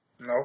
No